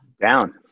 down